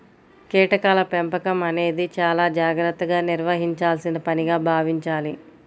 కీటకాల పెంపకం అనేది చాలా జాగర్తగా నిర్వహించాల్సిన పనిగా భావించాలి